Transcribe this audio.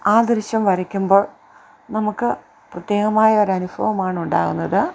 ആ ദൃശ്യം വരയ്ക്കുമ്പോൾ നമുക്ക് പ്രത്യേകമായ ഒരനുഭവമാണ് ഉണ്ടാകുന്നത്